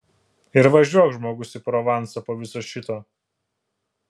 ir važiuok žmogus į provansą po viso šito